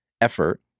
effort